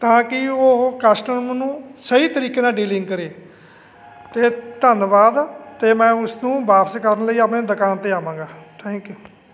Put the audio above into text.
ਤਾਂ ਕਿ ਉਹ ਕਸਟਮਰ ਨੂੰ ਸਹੀ ਤਰੀਕੇ ਨਾਲ ਡੀਲਿੰਗ ਕਰੇ ਅਤੇ ਧੰਨਵਾਦ ਅਤੇ ਮੈਂ ਉਸ ਨੂੰ ਵਾਪਸ ਕਰਨ ਲਈ ਆਪਣੇ ਦੁਕਾਨ ਅਤੇ ਆਵਾਂਗਾ ਥੈਂਕ ਯੂ